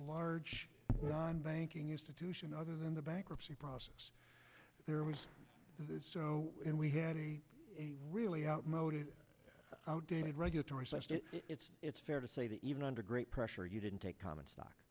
large banking institution other than the bankruptcy process there was and we had a really outmoded outdated regulatory system it's fair to say that even under great pressure you didn't take common stock